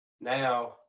now